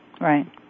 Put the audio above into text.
right